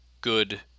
good